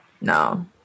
No